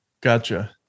Gotcha